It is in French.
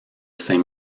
saint